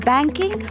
Banking